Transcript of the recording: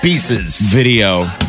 Video